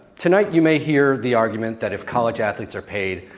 tonight, you may hear the argument that if college athletes are paid,